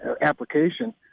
application